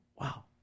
wow